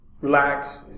relax